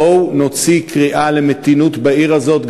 בואו נוציא קריאה למתינות בעיר הזאת,